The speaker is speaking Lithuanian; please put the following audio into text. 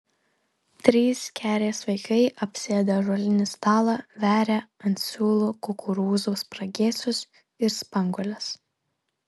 trys kerės vaikai apsėdę ąžuolinį stalą veria ant siūlų kukurūzų spragėsius ir spanguoles